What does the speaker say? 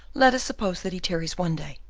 let us suppose that he tarries one day,